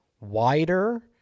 wider